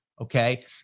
Okay